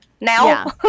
now